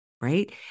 right